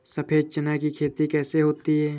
सफेद चना की खेती कैसे होती है?